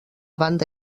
banda